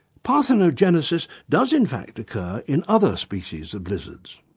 parthenogenesis does in fact occur in other species of lizards.